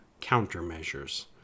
countermeasures